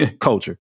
culture